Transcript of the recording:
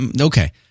okay